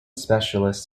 specialist